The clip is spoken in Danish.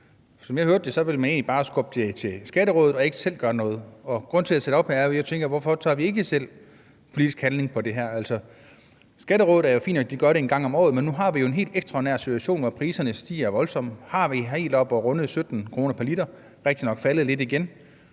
Som jeg hørte det, ville man egentlig bare skubbe det over til Skatterådet og ikke selv gøre noget. Grunden til, at jeg tager det op, er, at jeg tænker: Hvorfor handler vi ikke selv politisk på det her? Det er fint nok, at Skatterådet gør det en gang om året, men nu har vi jo en helt ekstraordinær situation, hvor priserne stiger voldsomt. Vi har været helt oppe at runde 17 kr. pr. l. Det er rigtigt nok, at priserne